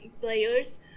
players